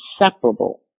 inseparable